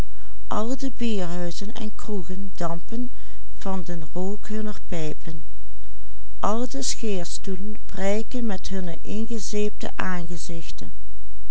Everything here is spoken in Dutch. scheerstoelen prijken met hunne ingezeepte aangezichten